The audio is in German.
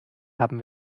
haben